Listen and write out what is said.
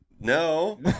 no